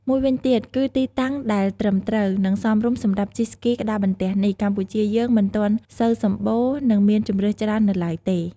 មួយវិញទៀតគឺទីតាំងដែលត្រឹមត្រូវ និងសមរម្យសម្រាប់ជិះស្គីក្ដារបន្ទះនេះ កម្ពុជាយើងមិនទាន់សូវសម្បូរ និងមានជម្រើសច្រើននៅឡើយទេ។